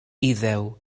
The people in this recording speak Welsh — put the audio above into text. iddew